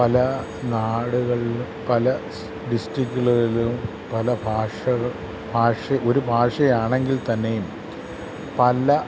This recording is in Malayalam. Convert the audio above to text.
പല നാടുകളിൽ പല ഡിസ്ട്രിക്റ്റുകളിലും പല ഭാഷകൾ ഭാഷ ഒരു ഭാഷ ആണെങ്കിൽ തന്നെയും പല